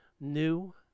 new